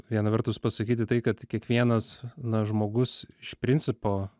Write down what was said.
viena vertus pasakyti tai kad kiekvienas na žmogus iš principo